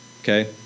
okay